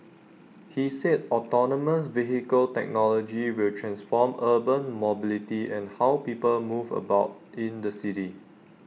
he said autonomous vehicle technology will transform urban mobility and how people move about in the city